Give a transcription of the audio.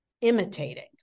imitating